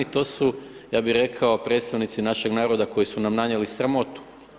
To su ja bih rekao predstavnici našeg naroda koji su nam nanijeli sramotu.